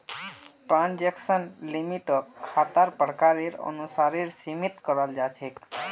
transaction लिमिटक खातार प्रकारेर अनुसारेर सीमित कराल जा छेक